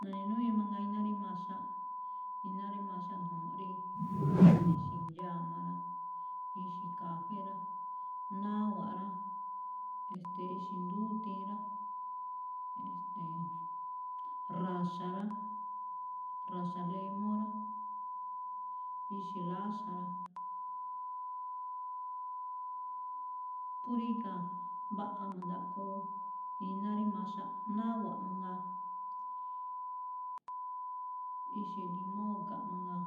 Na̱ne̱núwíin mangaa iná rí maxa, iná rí maxa ni̱ju̱mu̱ꞌ ríí ñajuun ne̱ xi̱ndxáma rá, ixi̱kafé rá, náwa̱ꞌ rá, e̱ste̱e̱, ixe̱ ndúdiin rá, e̱ste̱e̱, ra̱xa̱ rá, ra̱xa̱ lemóo rá, ixi̱ láxa̱ rá. phú ríga̱ mbaꞌa ma̱ndaꞌkho iná rá maxaꞌ, náwa̱ꞌ mangaa, ixe̱ limóo ga̱nꞌ mangaa,